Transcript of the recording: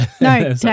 No